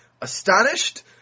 astonished